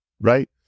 right